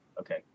okay